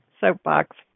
Soapbox